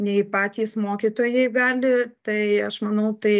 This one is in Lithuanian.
nei patys mokytojai gali tai aš manau tai